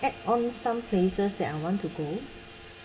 add on some places that I want to go